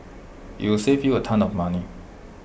IT will save you A ton of money